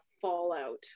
fallout